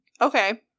Okay